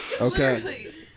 Okay